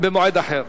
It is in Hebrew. במועד אחר.